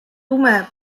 tume